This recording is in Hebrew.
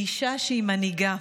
לאישה שהיא מנהיגה,